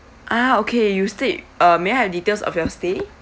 ah okay you stayed uh may I have details of your stay